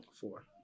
Four